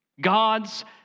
God's